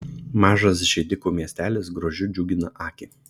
mažas židikų miestelis grožiu džiugina akį